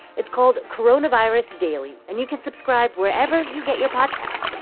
it's called coronavirus daily. and you can subscribe wherever you get your podcasts.